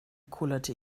kullerte